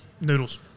Noodles